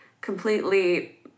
completely